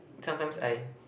sometimes I